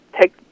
take